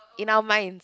in our minds